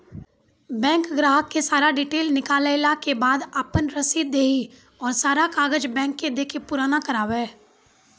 Bank ग्राहक के सारा डीटेल निकालैला के बाद आपन रसीद देहि और सारा कागज बैंक के दे के पुराना करावे?